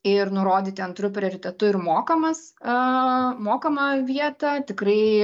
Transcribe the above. ir nurodyti antru prioritetu ir mokamas mokamą vietą tikrai